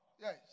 Yes